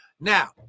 Now